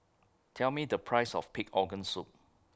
Tell Me The Price of Pig Organ Soup